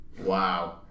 Wow